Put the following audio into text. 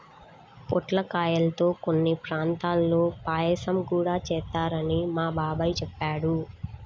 పొట్లకాయల్తో కొన్ని ప్రాంతాల్లో పాయసం గూడా చేత్తారని మా బాబాయ్ చెప్పాడు